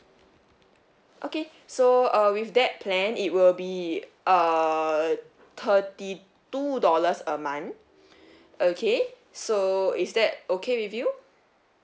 okay so err with that plan it will be uh thirty two dollars a month okay so is that okay with you